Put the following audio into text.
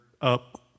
up